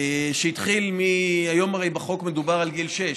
שהתחיל, הרי היום בחוק מדובר על גיל שש.